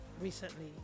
recently